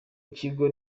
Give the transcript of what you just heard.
kigo